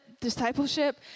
discipleship